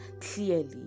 clearly